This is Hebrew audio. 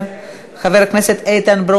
חבר הכנסת איתן כבל,